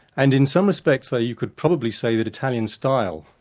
and in some respects though, you could probably say that italian style,